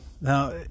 Now